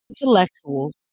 intellectuals